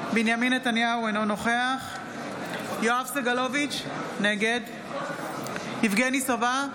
נתניהו, אינו נוכח יואב סגלוביץ' נגד יבגני סובה,